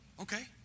okay